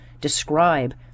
describe